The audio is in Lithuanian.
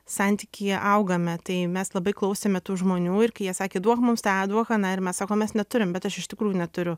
santykyje augame tai mes labai klausėme tų žmonių ir kai jie sakė duok mums tą duok aną ir mes sakom mes neturim bet aš iš tikrųjų neturiu